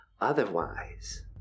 Otherwise